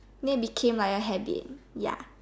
then became like a habit ya